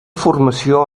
formació